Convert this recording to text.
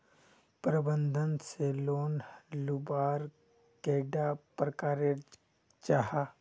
प्रबंधन से लोन लुबार कैडा प्रकारेर जाहा?